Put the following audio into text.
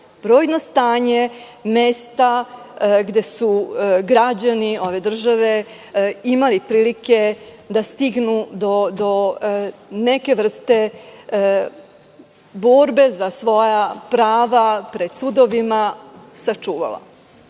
brojno stanje mesta gde su građani ove države imali prilike da stignu do neke vrste borbe za svoja prava pred sudovima sačuvala.Međutim,